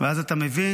ואז אתה מבין